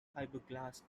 fiberglass